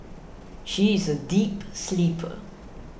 she is a deep sleeper